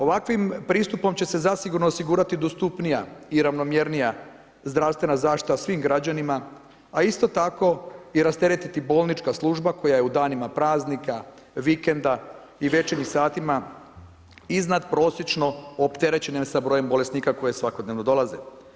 Ovakvim pristupom će se zasigurno osigurati dostupnija i ravnomjernija zdravstvena zaštita svim građanima a isto tako i rasteretiti bolnička služba koja u danima praznika, vikenda i večernjim satima, iznadprosječno opterećena sa brojem bolesnika koji svakodnevno dolaze.